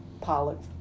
pollock